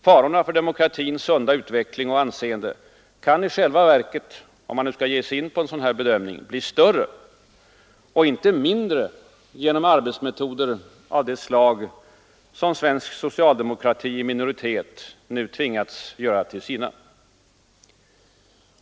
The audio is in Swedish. Farorna för demokratins sunda utveckling och anseende kan i själva verket — om man nu skall ge sig in på en sådan bedömning — bli större, inte mindre, genom arbetsmetoder av det slag som svensk socialdemokrati i minoritet nu tvingas göra till sina.